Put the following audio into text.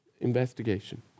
investigation